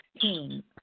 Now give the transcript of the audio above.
team